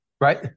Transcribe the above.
Right